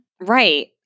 Right